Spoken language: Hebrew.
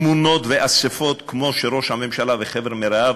תמונות ואספות כמו של ראש הממשלה וחבר מרעיו,